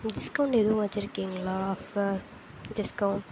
discount எதுவும் வச்சியிருக்கீங்களா இப்போ டிஸ்கவுண்ட்